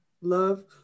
Love